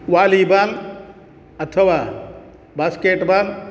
volleyball अथवा basket बाल्